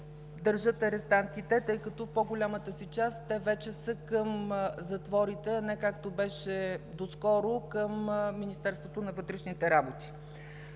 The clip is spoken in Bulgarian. държат арестантите, тъй като в по-голямата си част те вече са към затворите, а не както беше доскоро – към Министерството на вътрешните работи.